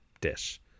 dish